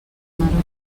maror